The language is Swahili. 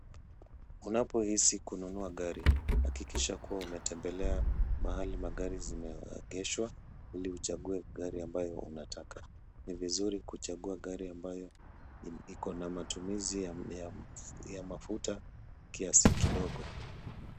Unapohisi kununua gari hakikisha kuwa umetembelea mahali magari zimeegeshwa ili uchague gari ambayo unataka. Ni vizuri kuchagua gari ambayo iko na matumizi ya mafuta kiasi kidogo.